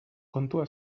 kontua